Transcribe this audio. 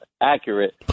accurate